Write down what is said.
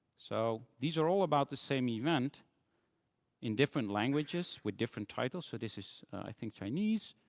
so these are all about the same event in different languages with different titles. so this is, i think, chinese,